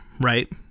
right